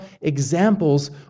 examples